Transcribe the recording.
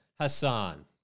Hassan